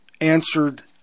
answered